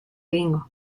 egingo